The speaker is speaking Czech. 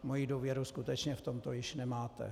Moji důvěru skutečně v tomto už nemáte.